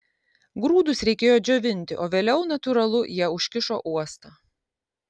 grūdus reikėjo džiovinti o vėliau natūralu jie užkišo uostą